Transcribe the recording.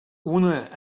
una